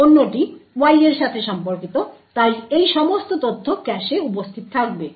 এবং অন্যটি Y এর সাথে সম্পর্কিত তাই এই সমস্ত তথ্য ক্যাশে উপস্থিত থাকবে